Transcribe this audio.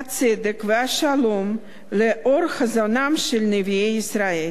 הצדק והשלום לאור חזונם של נביאי ישראל"